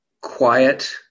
quiet